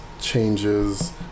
changes